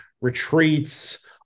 retreats